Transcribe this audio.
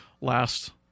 last